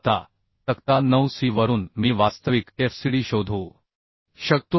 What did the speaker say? आता तक्ता 9 सी वरून मी वास्तविक fcd शोधू शकतो